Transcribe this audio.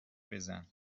بزن